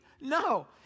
No